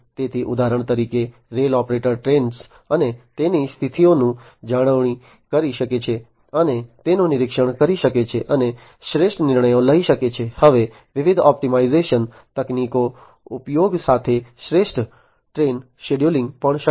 તેથી ઉદાહરણ તરીકે રેલ ઓપરેટર ટ્રેનો અને તેની સ્થિતિઓનું જાળવણી કરી શકે છે અને તેનું નિરીક્ષણ કરી શકે છે અને શ્રેષ્ઠ નિર્ણયો લઈ શકે છે હવે વિવિધ ઑપ્ટિમાઇઝેશન તકનીકોના ઉપયોગ સાથે શ્રેષ્ઠ ટ્રેન શેડ્યુલિંગ પણ શક્ય છે